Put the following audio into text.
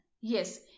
Yes